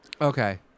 Okay